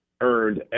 earned